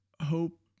hope